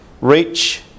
reach